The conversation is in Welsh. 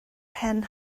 hen